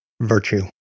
virtue